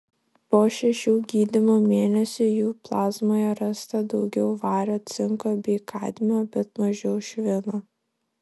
po šešių gydymo mėnesių jų plazmoje rasta daugiau vario cinko bei kadmio bet mažiau švino